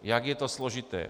Jak je to složité...